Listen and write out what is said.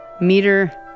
meter